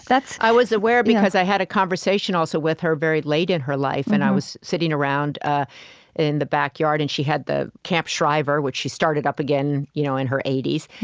i was aware because i had a conversation, also, with her very late in her life, and i was sitting around ah in the backyard, and she had the camp shriver, which she started up again you know in her eighty s.